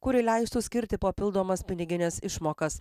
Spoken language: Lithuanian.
kuri leistų skirti papildomas pinigines išmokas